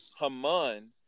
Haman